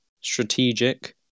strategic